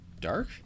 Dark